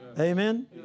Amen